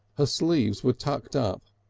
her sleeves were tucked up,